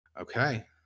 Okay